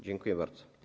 Dziękuję bardzo.